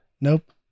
Nope